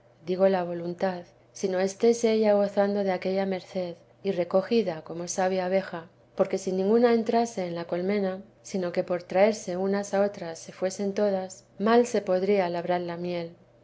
vaya ella tras él digo la voluntad sino estése ella gozando de aquella merced y recogida como sabia abeja porque si ninguna entrase en la colmena sino que por traerse unas a otras se fuesen todas mal se podría labrar la miel